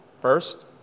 First